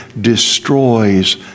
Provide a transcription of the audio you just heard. destroys